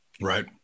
Right